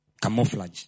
Camouflage